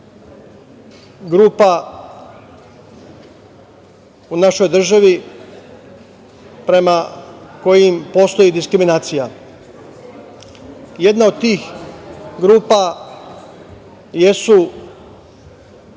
grupa u našoj državi prema kojim postoji diskriminacija. Jedna od tih grupa jesu